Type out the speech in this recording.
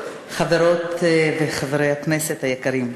חברות וחברי הכנסת היקרים,